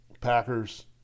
Packers